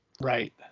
Right